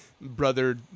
brother